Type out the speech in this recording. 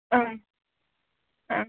ओं ओ